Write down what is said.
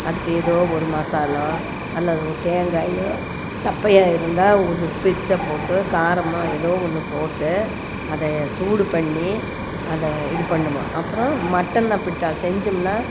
அதுக்கு எதோ ஒரு மசாலா அல்லது தேங்காயோ சப்பையாக இருந்தால் கொஞ்சம் பிச்சு போட்டு காரமோ எதோ ஒன்று போட்டு அதை சூடு பண்ணி அதை இது பண்ணுவோம் அப்பறம் மட்டன் அப்படிதான் செஞ்சோம்னால்